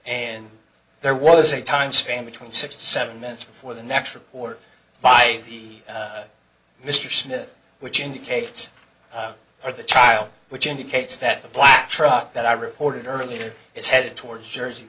and there was a time span between six to seven minutes before the next report by mr smith which indicates or the child which indicates that the black truck that i reported earlier is headed towards jersey